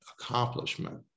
accomplishment